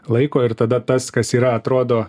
laiko ir tada tas kas yra atrodo